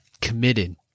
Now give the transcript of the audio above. committed